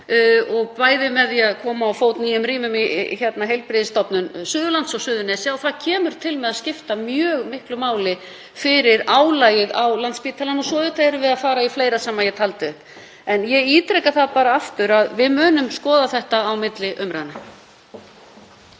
um, bæði með því að koma á fót nýjum rýmum í Heilbrigðisstofnun Suðurlands og Suðurnesja, og það kemur til með að skipta mjög miklu máli fyrir álagið á Landspítalann, og svo erum við að fara í fleira sem ég taldi upp. En ég ítreka aftur að við munum skoða þetta á milli umræðna.